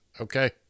Okay